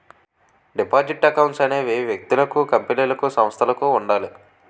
deposit accounts అనేవి వ్యక్తులకు కంపెనీలకు సంస్థలకు ఉండాలి